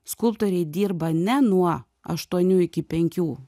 skulptoriai dirba ne nuo aštuonių iki penkių